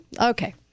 Okay